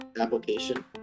application